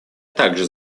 также